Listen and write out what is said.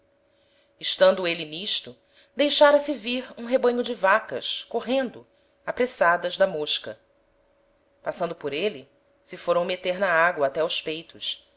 estando êle n'isto deixára se vir um rebanho de vacas correndo apressadas da mosca passando por êle se foram meter na ágoa até aos peitos